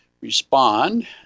respond